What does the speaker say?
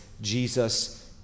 Jesus